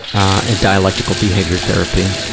ah dialectical behavior therapy,